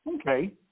Okay